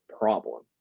problem